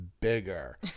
bigger